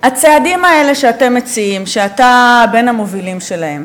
הצעדים האלה שאתם מציעים, שאתה בין המובילים שלהם: